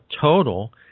total